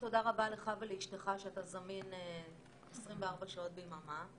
תודה רבה לך ולאשתך שאתה זמין 24 שעות ביממה,